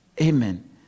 Amen